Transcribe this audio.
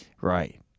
Right